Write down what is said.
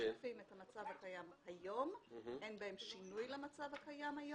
הסעיפים משקפים את המצב הקיים היום ואין בהם שינוי למצב הקיים היום.